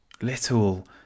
Little